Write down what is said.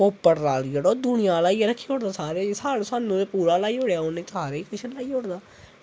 पोपट लाल जेह्ड़ा ओह् दूनियां ल्हाइयै रक्खी ओड़दा सारी ते सानूं उन्ने पूरा ल्हाइयै रक्खी ओड़दा सारा ते तुसें गी बी